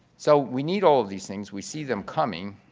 so we need all of these things. we see them coming.